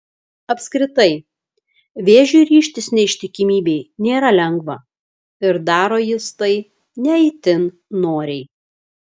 apskritai vėžiui ryžtis neištikimybei nėra lengva ir daro jis tai ne itin noriai